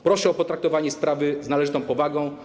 Proszę o potraktowanie sprawy z należytą powagą.